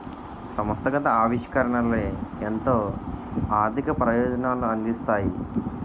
సంస్థాగత ఆవిష్కరణలే ఎంతో ఆర్థిక ప్రయోజనాలను అందిస్తున్నాయి